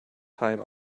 time